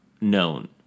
known